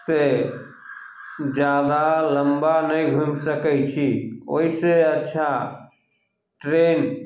से जादा लम्बा नहि घुमि सकय छी ओइसँ अच्छा ट्रेन